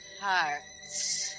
hearts